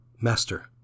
Master